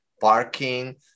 Parking